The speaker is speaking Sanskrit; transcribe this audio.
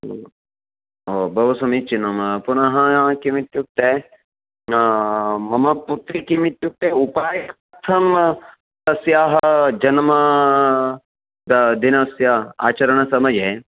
ओ बहु समीचीनं पुनः किमित्युक्ते मम पुत्री किमित्युक्ते उपायार्थं तस्याः जन्म दिनस्य आचरणसमये